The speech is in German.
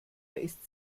ist